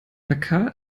dhaka